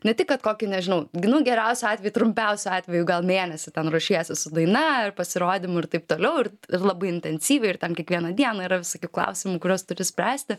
ne tik kad kokį nežinau nu geriausiu atveju trumpiausiu atveju gal mėnesį ten ruošiesi su daina ir pasirodymu ir taip toliau ir labai intensyviai ir tam kiekvieną dieną yra visokių klausimų kuriuos turi spręsti